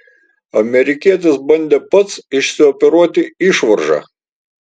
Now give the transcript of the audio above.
amerikietis bandė pats išsioperuoti išvaržą